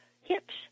hips